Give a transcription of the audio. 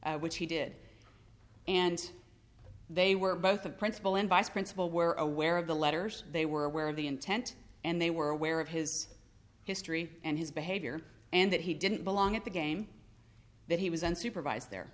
this which he did and they were both the principal and vice principal were aware of the letters they were aware of the intent and they were aware of his history and his behavior and that he didn't belong at the game that he was unsupervis